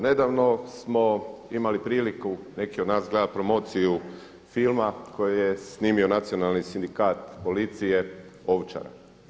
Nedavno smo imali priliku neki od nas gledati promociju filma koju je snimio nacionalni sindikat policije Ovčara.